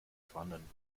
vorhandenen